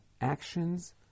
actions